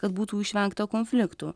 kad būtų išvengta konfliktų